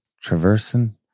traversing